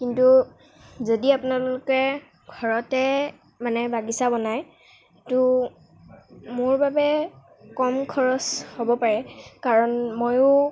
কিন্তু যদি আপোনালোকে ঘৰতে মানে বাগিচা বনাই তো মোৰ বাবে কম খৰচ হ'ব পাৰে কাৰণ ময়ো